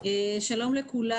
שלום לכולם.